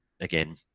again